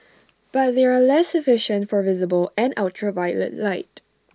but they are less efficient for visible and ultraviolet light